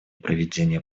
проведения